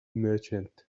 merchant